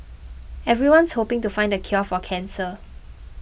everyone's hoping to find the cure for cancer